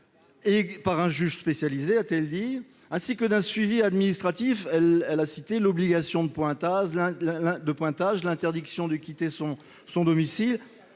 par un juge spécialisé, ainsi que d'un suivi administratif- elle a cité l'obligation de pointage, l'interdiction de quitter son domicile